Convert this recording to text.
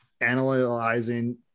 analyzing